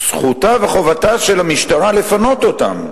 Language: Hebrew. זכותה וחובתה של המשטרה לפנות אותם.